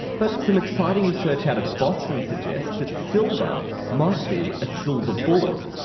but some exciting research out of boston suggests that silver might be a silver bullet.